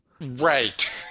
Right